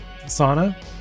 sauna